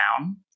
down